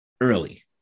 early